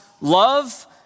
love